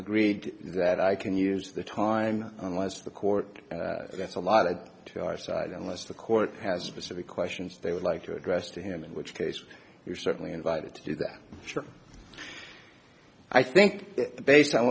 agreed that i can use the time unless the court gets a lot of to our side unless the court has specific questions they would like to address to him in which case you're certainly invited to do that i think based on